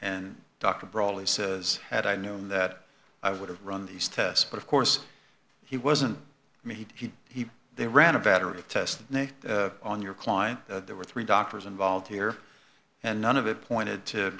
and dr brawley says had i known that i would have run these tests but of course he wasn't me he he they ran a battery of tests on your client that there were three doctors involved here and none of it pointed to